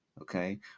okay